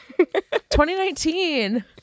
2019